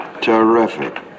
Terrific